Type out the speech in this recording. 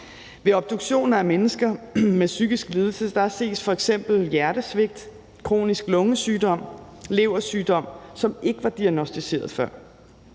Ved obduktioner af mennesker med psykisk lidelse ses f.eks. hjertesvigt, kronisk lungesygdom, leversygdom, som ikke var diagnosticeret før.